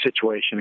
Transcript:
situation